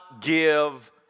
give